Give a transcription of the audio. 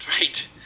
Right